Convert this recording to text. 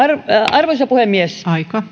arvoisa puhemies